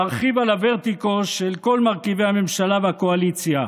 ארחיב על הוורטיגו של כל מרכיבי הממשלה והקואליציה.